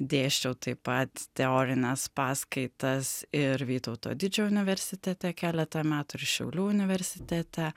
dėsčiau taip pat teorines paskaitas ir vytauto didžiojo universitete keletą metų ir šiaulių universitete